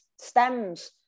stems